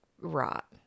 rot